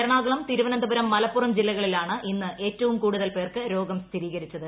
എറണാകുളം തിരുവനന്തപുരം മലപ്പുറം ജില്ലകളിലാണ് ഇന്ന് ഏറ്റവും കൂടുതൽ പേർക്ക് രോഗം സ്ഥിരീകരിച്ചത്